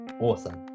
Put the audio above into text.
awesome